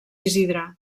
isidre